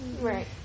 Right